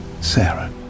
Sarah